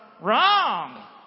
wrong